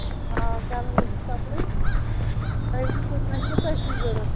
آ کرنٕے چھِ سَپلاے تۄہہِ ؤنۍ تو تۄہہِ کوٗتاہ چھُو ضوٚرتھ